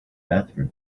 bathroom